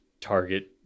Target